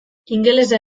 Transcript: ingelesa